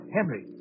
Henry